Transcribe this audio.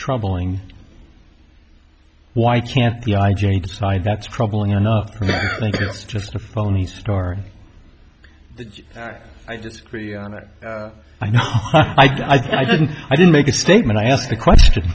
troubling why can't the i j a decide that's troubling enough think it's just a phony story i disagree on that i know i didn't i didn't make a statement i asked the question